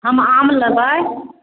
हम आम लेबै